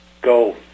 go